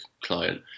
client